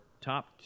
top